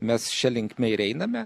mes šia linkme ir einame